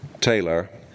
Taylor